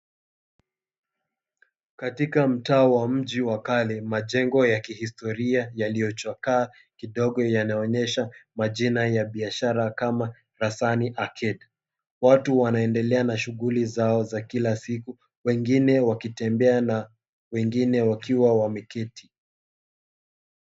Katika mtaa wa mji wa kale, majengo ya kihistoria yaliyochakaa kidogo yanayoonyesha majina ya biashara kama Rasani Arcade. Watu wanaendelea na shughuli zao za kila siku, wengine wakitembea na wengine wakiwa wameketi.